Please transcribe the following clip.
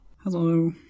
Hello